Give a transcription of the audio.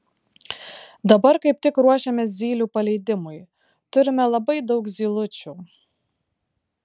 dabar kaip tik ruošiamės zylių paleidimui turime labai daug zylučių